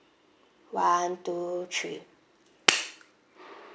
one two three